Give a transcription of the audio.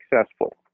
successful